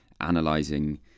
Analyzing